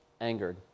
angered